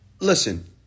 Listen